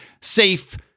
Safe